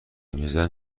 میزدن